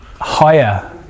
higher